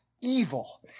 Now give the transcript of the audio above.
evil